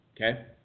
Okay